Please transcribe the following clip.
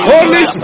Holy